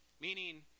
Meaning